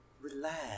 relax